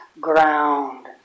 ground